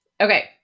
Okay